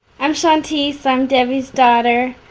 am shantice, i'm debbie's daughter.